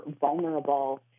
vulnerable